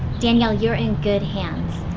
danielle, you're in good hands.